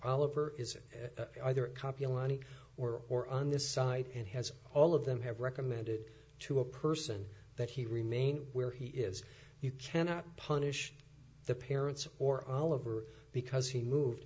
oliver is either a copula any or or on this side and has all of them have recommended to a person that he remain where he is you cannot punish the parents or oliver because he moved